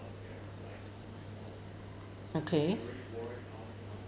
okay